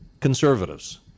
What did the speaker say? conservatives